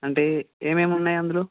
అంటే ఏం ఏం ఉన్నాయి అందులో